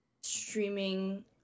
streaming